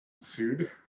Sued